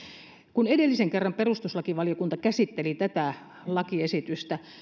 kun edellisen kerran perustuslakivaliokunta käsitteli tätä lakiesitystä